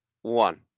one